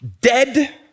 dead